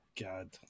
God